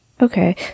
okay